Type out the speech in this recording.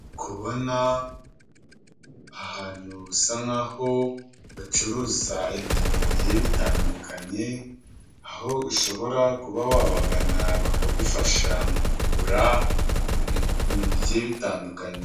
Kubona ahantu bisa nk'aho bacuruza ibintu bigiye bitandukanye, aho ushobora kuba wabagana bakagufasha mu kugura ibintu bigiye bitandukanye.